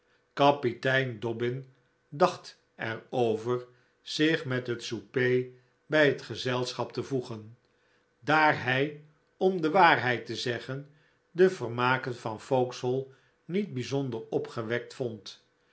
kapitein dobbin dacht er over zich met het souper bij het gezelschap te voegen daar hij om de waarheid te zeggen de vermaken van vauxhall niet bijzonder opgewekt vond